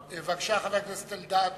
בבקשה, חבר הכנסת אלדד.